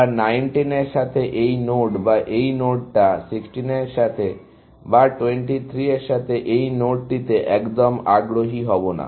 আমরা 19 এর সাথে এই নোড বা এই নোডটা 16 এর সাথে বা 23 এর সাথে এই নোডটিতে একদম আগ্রহী হবো না